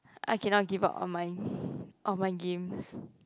I cannot give up on my online games